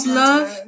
love